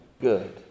good